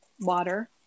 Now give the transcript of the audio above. water